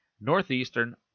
Northeastern